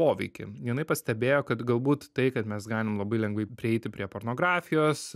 poveikį jinai pastebėjo kad galbūt tai kad mes galim labai lengvai prieiti prie pornografijos